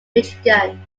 michigan